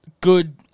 good